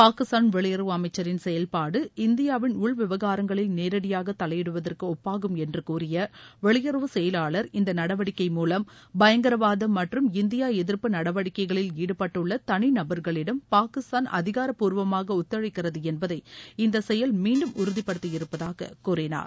பாகிஸ்தான் வெளியறவு அமைச்சரின் செயல்பாடு இந்தியாவின் உள் விவகாரங்களில் நேரடியாக தலையிடுவதற்கு ஒப்பாகும் என்று கூறிய வெளியுறவு செயலாளர் இந்த நடவடிக்கை மூலம் பயங்கரவாதம் மற்றும் இந்தியா எதிர்ப்பு நடவடிக்கைகளில் ஈடுபட்டுள்ள தனிநபர்களிடம் பாகிஸ்தான் அதிகாரப்பூர்வமாக ஒத்துழைக்கிறது என்பதை இந்த செயல் மீண்டும் உறுதிபடுத்தி இருப்பதாக கூறினார்